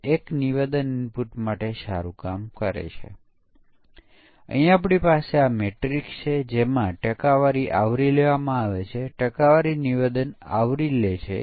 તે વિવિધ પરિમાણો માટેના મૂલ્યોના સંયોજનો છે